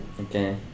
Okay